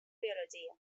biologia